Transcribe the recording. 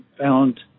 found